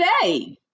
today